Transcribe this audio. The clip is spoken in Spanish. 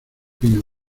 pino